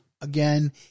Again